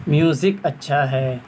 music اچھا ہے